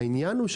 העניין הוא,